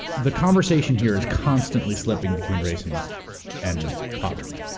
the conversation here is constantly slipping between race and and poverty,